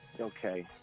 Okay